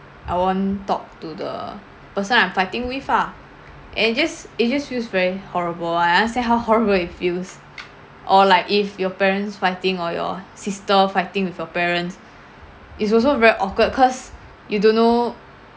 I won't talk to the person I'm fighting with ah and just it just feels very horrible I understand how horrible it feels or like if your parents fighting or your sister fighting with your parents it's also very awkward cause you don't know